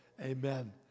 Amen